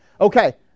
Okay